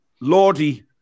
Lordy